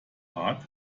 part